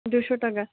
দুশো টাকা